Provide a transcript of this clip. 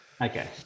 Okay